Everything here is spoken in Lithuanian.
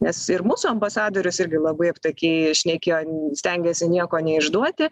nes ir mūsų ambasadorius irgi labai aptakiai šnekėjo stengėsi nieko neišduoti